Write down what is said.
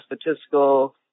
statistical